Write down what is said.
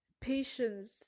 patience